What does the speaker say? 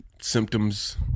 symptoms